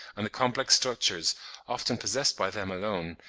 and the complex structures often possessed by them alone,